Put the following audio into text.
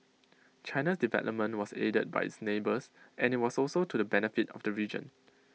China's development was aided by its neighbours and IT was also to the benefit of the region